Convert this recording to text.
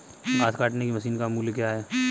घास काटने की मशीन का मूल्य क्या है?